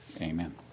Amen